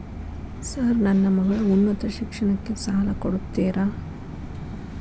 Sir ನನ್ನ ಮಗಳ ಉನ್ನತ ಶಿಕ್ಷಣಕ್ಕೆ ಸಾಲ ಕೊಡುತ್ತೇರಾ?